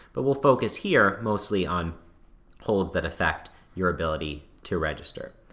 but we'll focus here mostly on holds that affect your ability to register.